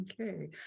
okay